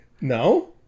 No